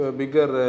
bigger